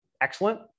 Excellent